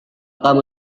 kamu